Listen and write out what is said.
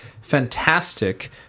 fantastic